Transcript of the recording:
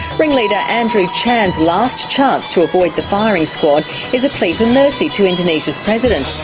ringleader andrew chan's last chance to avoid the firing squad is a plea for mercy to indonesia's president.